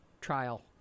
trial